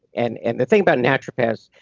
and and the thing about naturopaths,